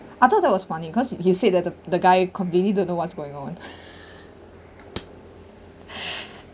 I thought that was funny cause he said that the the guy completely don't know what's going on